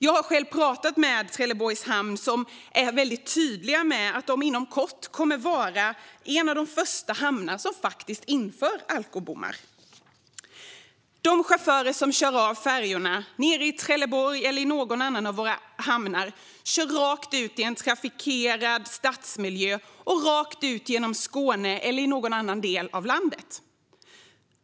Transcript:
Jag har själv pratat med Trelleborgs hamn, där man är tydlig med att man inom kort kommer att vara en av de första hamnar som inför alkobommar. De chaufförer som kör av färjorna nere i Trelleborg eller i någon annan av våra hamnar kör rakt ut i en trafikerad stadsmiljö och rakt ut genom Skåne eller någon annan del av landet.